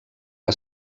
que